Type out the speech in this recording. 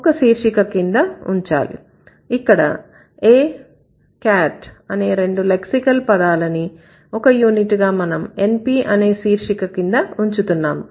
ఒక శీర్షిక కింద ఉంచాలి ఇక్కడ A cat అనే రెండు లెక్సికల్ పదాలని ఒకే యూనిట్ గా మనం NP అనే శీర్షిక కింద ఉంచుతున్నాము